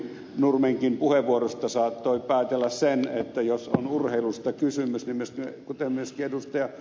nurmenkin puheenvuorosta saattoi päätellä sen että jos on urheilusta kysymys kuten myöskin ed